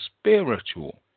spiritual